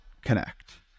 connect